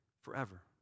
forever